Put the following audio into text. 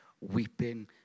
weeping